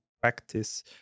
practice